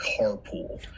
carpool